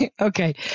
Okay